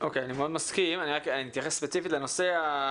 אם לא, אז אני מסכם בעצמי וסוגר את הדיון.